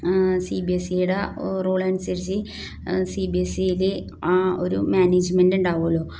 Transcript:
C B S സിയുടെ റൂളനുസരിച്ച് C B S സിയിൽ ആ ഒരു മാനേജ്മെൻ്റ് ഉണ്ടാവുമല്ലോ